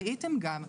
ראיתם גם,